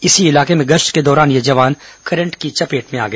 इसी इलाके में गश्त के दौरान यह जवान करंट की चपेट में आ गया